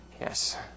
Yes